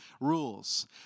rules